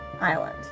island